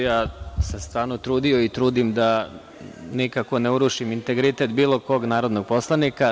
Ja sam se stvarno trudio i trudim se da nikako ne urušim integritet bilo kog narodnog poslanika.